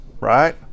right